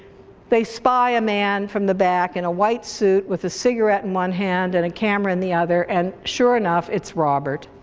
they spy a man from the back in a white suit with a cigarette in one hand and a camera in the other, and sure enough it's robert,